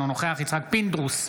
אינו נוכח יצחק פינדרוס,